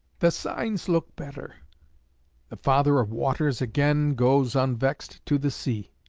the signs look better. the father of waters again goes unvexed to the sea.